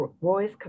Roy's